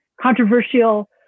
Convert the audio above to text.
controversial